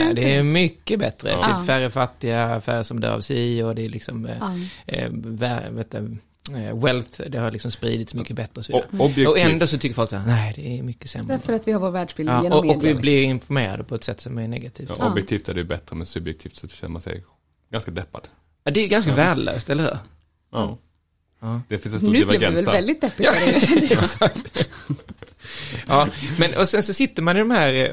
Ja, det är Definitivt. mycket bättre. Ja. Typ Ja. färre fattiga, färre som dör av sig, och det är liksom, eh, Ja. eh, vä- vet du, eh, wealth, det har liksom spridits mycket bättre och så vidare. O- Mm. Och ändå objektivt- så tycker folk så här, "Nej, det är mycket sämre." Därför att vi har vår världsbild Ja, genom och- och vi media. blir informerade på ett sätt som är negativt. Ja, Ja. objektivt är det ju bättre, men subjektivt så känner man sig ganska deppad. Ja, det är ganska Ja. värdelöst, eller hur? Ja. Ja. Det finns en stor Nu blev vi väl divergens där. väldigt deppiga, Ja. Ragnar, kände jag. Exakt. Ja, men- och sen så sitter man i de här, eh,